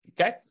okay